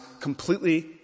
completely